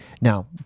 Now